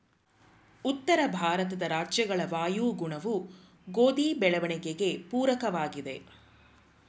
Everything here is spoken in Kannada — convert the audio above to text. ಉತ್ತರ ಭಾರತದ ರಾಜ್ಯಗಳ ವಾಯುಗುಣವು ಗೋಧಿ ಬೆಳವಣಿಗೆಗೆ ಪೂರಕವಾಗಿದೆ,